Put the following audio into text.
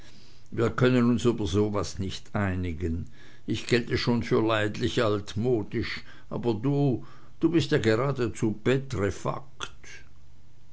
wir können uns über so was nicht einigen ich gelte schon für leidlich altmodisch aber du du bist ja geradezu